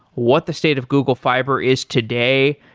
what the state of google fiber is today.